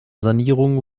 sanierung